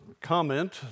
comment